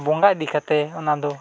ᱵᱚᱸᱜᱟ ᱤᱫᱤ ᱠᱟᱛᱮᱫ ᱚᱱᱟᱫᱚ